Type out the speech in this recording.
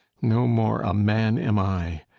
no more a man am i.